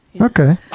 Okay